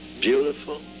beautiful